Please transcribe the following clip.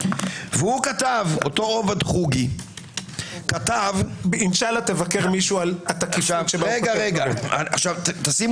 אותו עובד חוגי כתב שהוא לא אני רוצה שזה